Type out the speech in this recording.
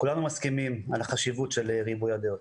כולנו מסכימים על החשיבות של ריבוי הדעות.